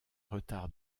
retard